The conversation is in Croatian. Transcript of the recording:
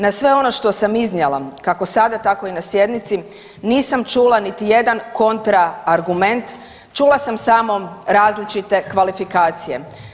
Na sve ono što sam iznijela kako sada tako i na sjednici nisam čula niti jedan kontra argument, čula sam samo različite kvalifikacije.